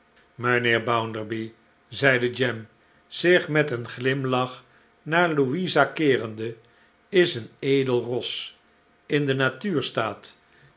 mijnheer bounderby zeide jem zich met een glimlach naar louisa keerende is een edel ros in den natuurstaat